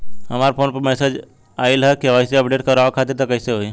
हमरा फोन पर मैसेज आइलह के.वाइ.सी अपडेट करवावे खातिर त कइसे होई?